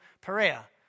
Perea